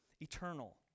eternal